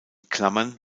klammern